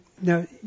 Now